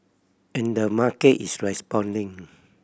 and the market is responding